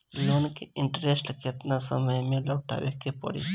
Loan के interest केतना समय में लौटावे के पड़ी?